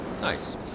Nice